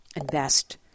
invest